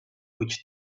which